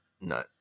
No